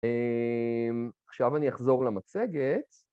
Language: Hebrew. עכשיו אני אחזור למצגת.